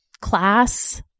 class